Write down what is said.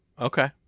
Okay